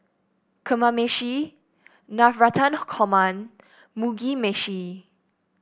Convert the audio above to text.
Kamameshi Navratan Korma Mugi Meshi